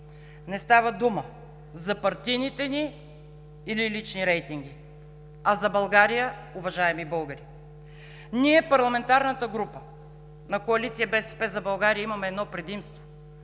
не става дума за партийните ни или лични рейтинги, а за България, уважаеми българи. Ние, парламентарната група на коалиция „БСП за България“, имаме едно предимство